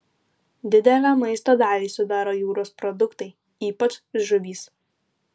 didelę maisto dalį sudaro jūros produktai ypač žuvys